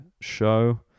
show